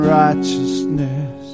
righteousness